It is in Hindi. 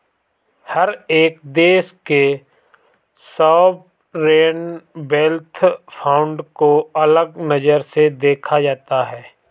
हर एक देश के सॉवरेन वेल्थ फंड को अलग नजर से देखा जाता है